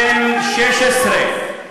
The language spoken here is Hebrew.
בן 16,